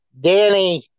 Danny